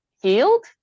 healed